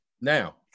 Now